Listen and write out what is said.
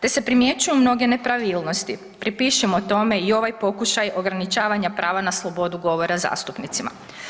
Da se primjećuju mnoge nepravilnosti pripišimo tome i ovaj pokušaj ograničavanja prava na slobodu govora zastupnicima.